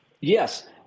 Yes